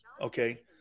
Okay